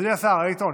אדוני השר, אלקטרונית?